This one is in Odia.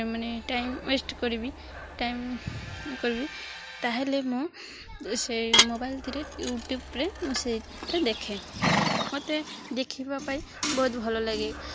ମାନେ ଟାଇମ୍ ୱେଷ୍ଟ କରିବି ଟାଇମ୍ କରିବି ତାହେଲେ ମୁଁ ସେଇ ମୋବାଇଲ୍ଥିରେ ୟୁଟ୍ୟୁବ୍ରେ ମୁଁ ସେଇଟା ଦେଖେ ମୋତେ ଦେଖିବା ପାଇଁ ବହୁତ ଭଲ ଲାଗେ